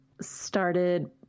started